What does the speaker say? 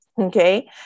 Okay